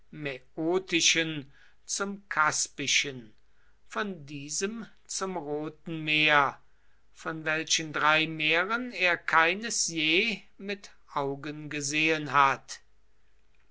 mäotischen zum kaspischen von diesem zum roten meer von welchen drei meeren er keines je mit augen gesehen hat